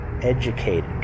educated